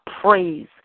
praise